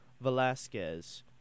Velasquez